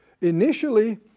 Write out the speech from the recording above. Initially